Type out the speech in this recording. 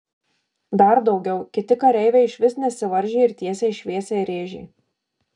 dar daugiau kiti kareiviai išvis nesivaržė ir tiesiai šviesiai rėžė